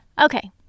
Okay